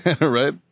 Right